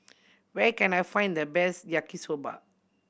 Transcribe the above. where can I find the best Yaki Soba